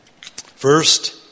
First